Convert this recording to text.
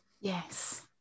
Yes